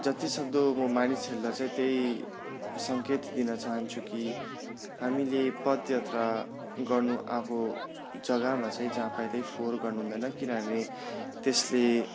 जति सक्दो म मानिसहरूलाई चाहिँ त्यही सङ्केत दिन चाहन्छु कि हामीले पद यात्रा गर्नु आएको जग्गामा चाहिँ जहाँ पायो त्यही फोहोर गर्नु हुँदैन किनभने त्यसले